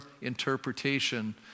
interpretation